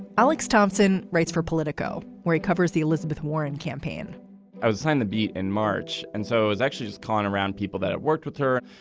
alex thompson writes for politico where he covers the elizabeth warren campaign i was on the beat in march and so i was actually calling around people that i worked with her.